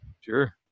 Sure